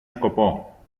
σκοπό